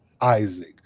Isaac